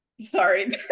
sorry